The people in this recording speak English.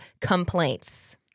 complaints